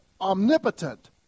omnipotent